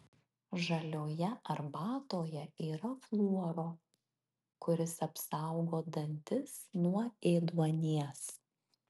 žalioje arbatoje yra fluoro kuris apsaugo dantis nuo ėduonies